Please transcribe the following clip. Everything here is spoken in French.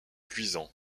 cuisant